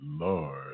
Lord